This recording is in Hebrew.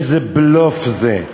איזה בלוף זה.